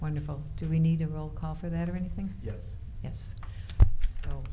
wonderful do we need a roll call for that or anything yes yes